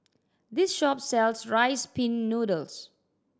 this shop sells Rice Pin Noodles